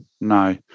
no